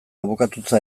abokatutza